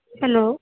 hello